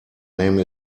name